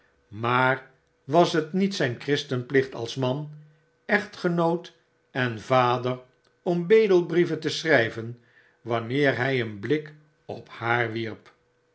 maar wshet niet zyn christenplicht als man echtgenoot en vader om bedelbrieven te schry ven wanneer hj een blik op haar wierp